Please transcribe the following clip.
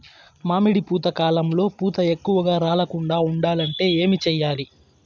మామిడి పూత కాలంలో పూత ఎక్కువగా రాలకుండా ఉండాలంటే ఏమి చెయ్యాలి?